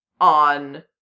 on